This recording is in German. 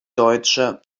deutsche